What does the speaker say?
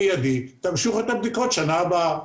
תמשיכו את הבדיקות בשנה הבאה.